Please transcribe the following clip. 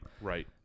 right